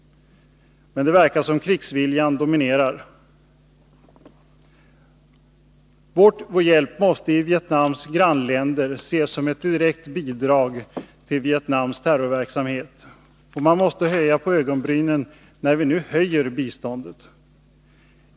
Men det verkar som om krigsviljan dominerar. Vår hjälp måste i Vietnams grannländer ses som ett direkt bidrag till Vietnams terrorverksamhet, och man måste höja på ögonbrynen när vi nu ökar biståndet.